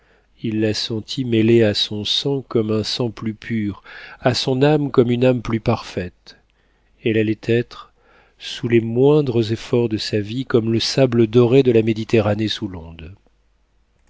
il la sentit mêlée à son sang comme un sang plus pur à son âme comme une âme plus parfaite elle allait être sous les moindres efforts de sa vie comme le sable doré de la méditerranée sous l'onde